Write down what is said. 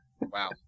Wow